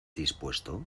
dispuesto